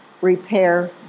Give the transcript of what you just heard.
repair